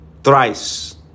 thrice